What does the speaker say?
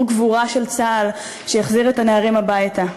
גבורה של צה"ל שיחזיר את הנערים הביתה,